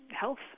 health